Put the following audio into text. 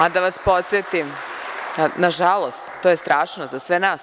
Pa, da vas podsetim, nažalost to je strašno za sve nas.